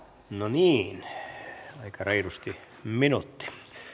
niin aika reilusti minuutti